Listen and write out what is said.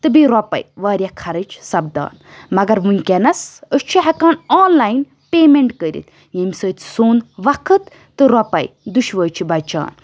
تہٕ بیٚیہِ رۄپے واریاہ خرٕچ سَپدان مگر وُنکٮ۪نَس أسۍ چھِ ہٮ۪کان آن لایِن پیمٮ۪نٛٹ کٔرِتھ ییٚمہِ سۭتۍ سون وقت تہٕ رۄپَے دۅشوٲے چھِ بَچان